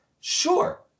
Sure